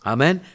Amen